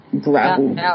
gravel